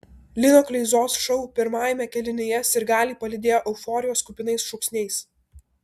lino kleizos šou pirmajame kėlinyje sirgaliai palydėjo euforijos kupinais šūksniais